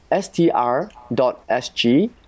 str.sg